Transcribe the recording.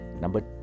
Number